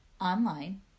online